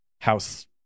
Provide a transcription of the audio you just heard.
house